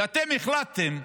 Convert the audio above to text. כי אתם החלטתם,